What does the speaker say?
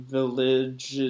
Village